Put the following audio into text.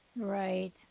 Right